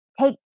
take